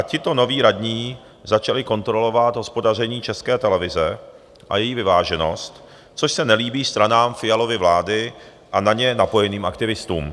Tito noví radní začali kontrolovat hospodaření České televize a její vyváženost, což se nelíbí stranám Fialovy vlády a na ně napojeným aktivistům.